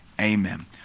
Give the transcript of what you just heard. Amen